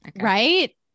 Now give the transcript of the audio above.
Right